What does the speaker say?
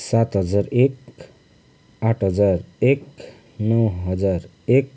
सात हजार एक आठ हजार एक नौ हजार एक